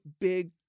big